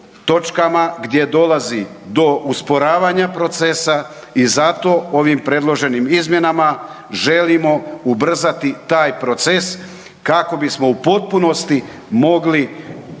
gdje dolazi do usporavanja procesa i zato ovim predloženim izmjenama želimo ubrzati taj proces kako bismo u potpunosti mogli